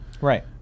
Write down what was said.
Right